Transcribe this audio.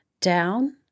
down